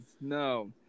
No